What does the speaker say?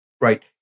Right